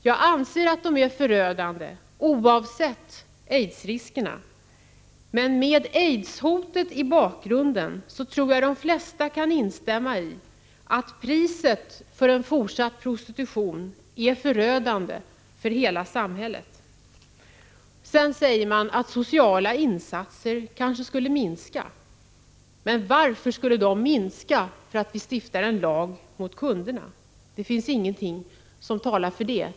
Jag anser att de är förödande oavsett aidsriskerna. Men med aidshotet i bakgrunden tror jag de flesta kan instämma i att konsekvenserna av en fortsatt prostitution är förödande för hela samhället. Sedan säger man att de sociala insatserna kanske skulle minska. Varför skulle de minska för att vi stiftar en lag emot kunderna? Det finns ingenting som talar för det.